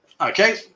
okay